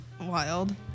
wild